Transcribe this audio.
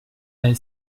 elle